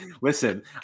listen